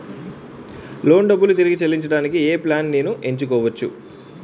Loan డబ్బులు తిరిగి చెల్లించటానికి ఏ ప్లాన్ నేను ఎంచుకోవచ్చు?